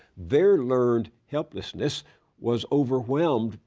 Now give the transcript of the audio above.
their learned helplessness was overwhelmed,